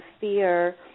fear